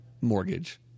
mortgage